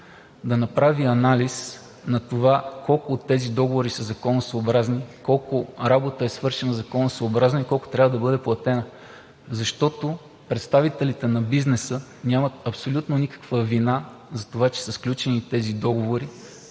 да направи анализ на това колко от тези договори са законосъобразни, колко работа е свършена законосъобразно и колко трябва да бъде платена, защото представителите на бизнеса нямат абсолютно никаква вина за това, че са сключени тези договори.